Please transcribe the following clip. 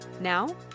Now